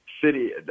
city